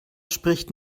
spricht